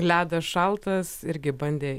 ledas šaltas irgi bandė